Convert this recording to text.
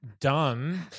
done